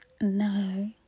no